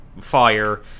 fire